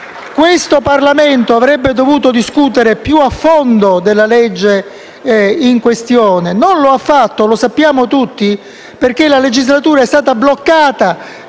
Questo Parlamento avrebbe dovuto discutere più a fondo del provvedimento in questione. Non lo ha fatto - lo sappiamo tutti - perché la legislatura è stata bloccata